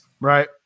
Right